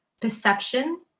perception